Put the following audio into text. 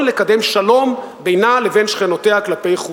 לקדם שלום בינה לבין שכנותיה כלפי חוץ.